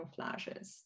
camouflages